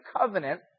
covenant